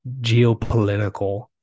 geopolitical